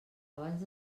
abans